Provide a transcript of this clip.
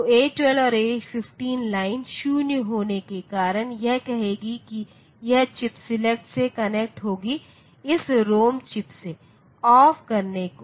तो A12 और A15 lines 0 होने के कारण यह कहेगी कि यह चिप सेलेक्ट से कनेक्ट होगी इस रोम चिप से ऑफ करने को